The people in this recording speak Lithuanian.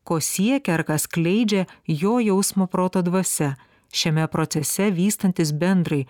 ko siekia ar ką skleidžia jo jausmo proto dvasia šiame procese vystantis bendrai